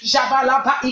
Jabalaba